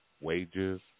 wages